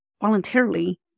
voluntarily